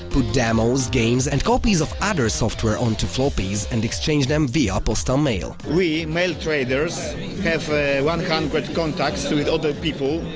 put demos, games, and copies of other software onto floppies and exchanged them via ah postal mail. we, mailtraders kind of but contacts with other people.